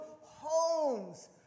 homes